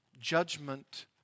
judgment